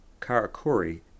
Karakuri